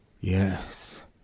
Yes